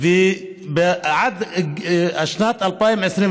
עד שנת 2025,